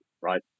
right